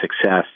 success